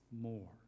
More